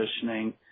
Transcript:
positioning